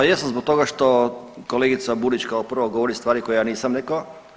Pa jesam zbog toga što kolegica Burić kao prvo govori stvari koje ja nisam rekao.